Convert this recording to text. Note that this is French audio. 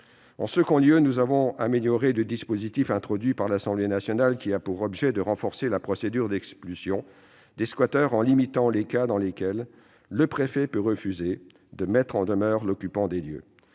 En second lieu, nous avons amélioré le dispositif introduit par l'Assemblée nationale et ayant pour objet de renforcer la procédure d'expulsion des squatteurs en limitant les cas dans lesquels le préfet peut refuser de mettre en demeure l'occupant des lieux.